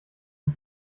sie